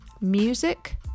Music